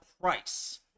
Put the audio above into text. price